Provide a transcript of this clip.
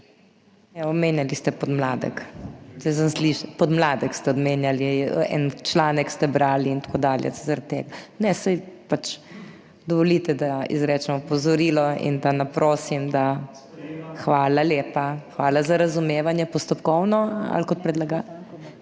omenjali ste podmladek, podmladek ste omenjali, en članek ste brali in tako daleč, zaradi tega, saj pač dovolite, da izrečem opozorilo in da prosim, da.. Hvala lepa. Hvala za razumevanje. Postopkovno ali kot kot predlagatelj?